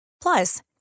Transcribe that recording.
Plus